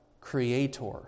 Creator